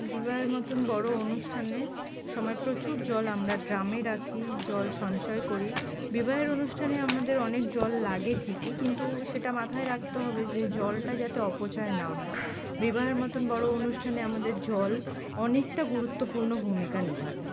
বিবাহের মতন বড়ো অনুষ্ঠানে সময় প্রচুর জল আমরা ড্রামে রাখি জল সঞ্চয় করি বিবাহের অনুষ্ঠানে আমাদের অনেক জল লাগে ঠিকই কিন্তু সেটা মাথায় রাখতে হবে যে জলটা যাতে অপচয় না হয় বিবাহের মতন বড়ো অনুষ্ঠানে আমাদের জল অনেকটা গুরুত্বপূর্ণ ভূমিকা নেভা